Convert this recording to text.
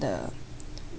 the